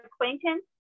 acquaintance